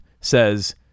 says